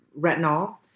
retinol